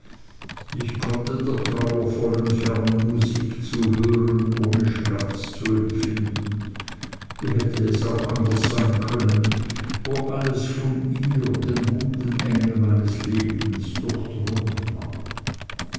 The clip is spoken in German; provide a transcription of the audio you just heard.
ich konnte der trauervollen fernen musik zuhören ohne schmerz zu empfinden wie hätte es auch anders sein können wo alles von ihr dem guten engel meines lebens durchdrungen war